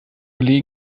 seine